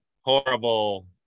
Horrible